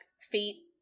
feet